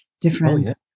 different